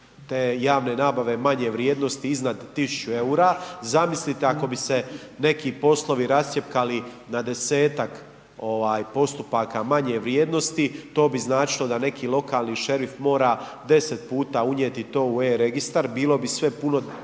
te javne nabave manje vrijednosti iznad 100 eura. Zamislite ako bi se neki poslovi rascjepkali na desetak postupaka manje vrijednosti, to bi značilo da neki lokalni šerif mora 10 puta unijeti to u e-registar. Bilo bi sve puno